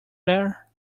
there